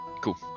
Cool